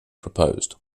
proposed